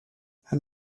and